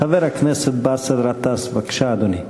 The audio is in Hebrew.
חבר הכנסת באסל גטאס, בבקשה, אדוני,